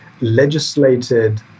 legislated